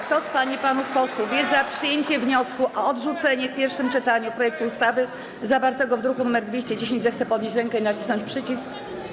Kto z pań i panów posłów jest za przyjęciem wniosku o odrzucenie w pierwszym czytaniu projektu ustawy zawartego w druku nr 210, zechce podnieść rękę i nacisnąć przycisk.